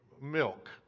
milk